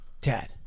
Dad